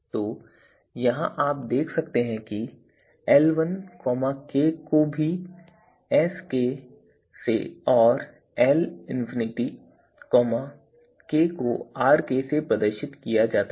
तो यहाँ आप देख सकते हैं कि L1k को भी Sk से और L∞k को Rk से प्रदर्शित किया जाता है